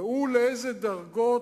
ראו לאילו דרגות,